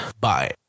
bye